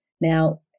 Now